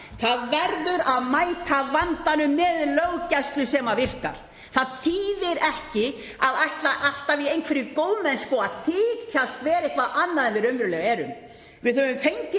Það verður að mæta vandanum með löggæslu sem virkar. Það þýðir ekki að ætla alltaf í einhverri góðmennsku að þykjast vera eitthvað annað en við raunverulega erum.